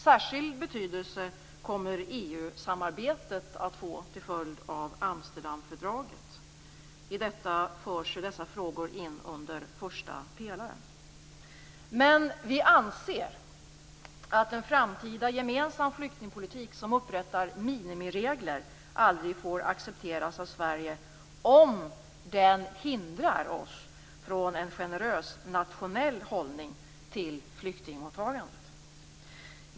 Särskild betydelse kommer EU-samarbetet att få till följd av Amsterdamfördraget. I det förs dessa frågor in under första pelaren. Men vi anser att en framtida gemensam flyktingpolitik som upprättar minimiregler aldrig får accepteras av Sverige om den hindrar oss från att ha en generös nationell hållning till flyktingmottagandet.